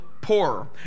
poorer